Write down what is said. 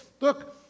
look